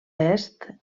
est